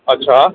अच्छा